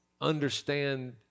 understand